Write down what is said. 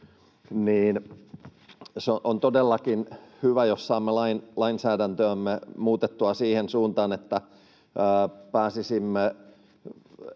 on todellakin hyvä, jos saamme lainsäädäntöämme muutettua siihen suuntaan, että pääsisimme,